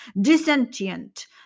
dissentient